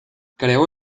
creó